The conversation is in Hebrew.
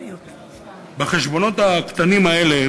בחשבונות הקטנים האלה